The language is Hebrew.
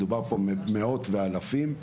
מדובר פה במאות ואלפים,